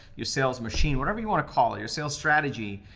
your sales machine, whatever you wanna call it, your sales strategy,